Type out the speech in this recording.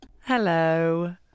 Hello